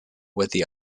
with